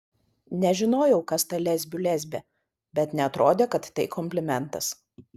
nežinojau kas ta lesbių lesbė bet neatrodė kad tai komplimentas